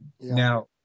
Now